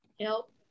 help